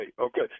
okay